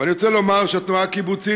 ואני רוצה לומר שהתנועה הקיבוצית,